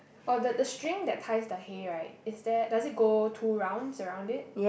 oh the the string that ties the hay right is there does it go two rounds around it